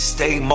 Stay